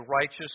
righteous